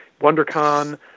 WonderCon